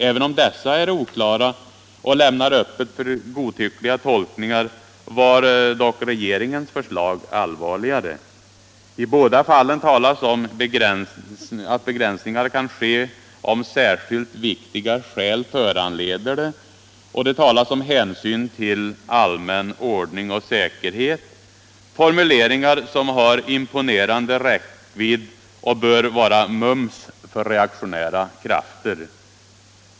Även om dessa är oklara och lämnar öppet för godtyckliga tolkningar var regeringens förslag allvarligare. I båda fallen talas om att begränsningar kan ske ”om särskilt viktiga skäl föranleder det”, och det talas om ”hänsyn till allmän ordning och säkerhet”, formuleringar som har imponerande räckvidd och bör vara ”mums” för reaktionära krafter.